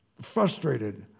frustrated